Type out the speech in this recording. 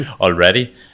already